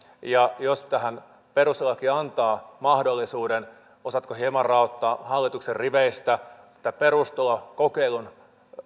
ja jos tähän perustuslaki antaa mahdollisuuden osaatko hieman raottaa hallituksen riveistä tämän perustulokokeilun